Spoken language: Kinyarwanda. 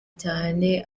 cyane